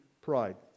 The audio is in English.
pride